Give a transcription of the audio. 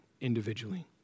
individually